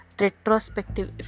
retrospective